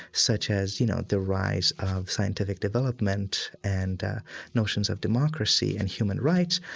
such as, you know, the rise of scientific development and notions of democracy and human rights,